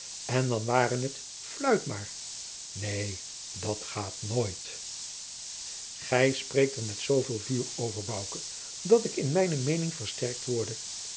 en dan ware het fluit maar neen dat gaat nooit gij spreekt er met zooveel vuur over bouke dat ik in mijne meening versterkt worde